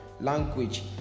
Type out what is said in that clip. Language